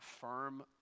firm